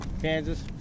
Kansas